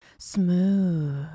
Smooth